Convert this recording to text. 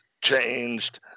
changed